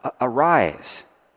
arise